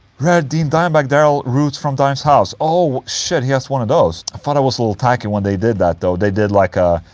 rare dean dimebag darrell roots from dime's house oh shit, he has one of those i thought it was a little tacky when they did that though, they did like a.